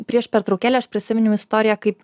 prieš pertraukėlę aš prisiminiau istoriją kaip